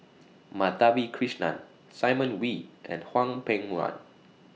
Madhavi Krishnan Simon Wee and Hwang Peng Yuan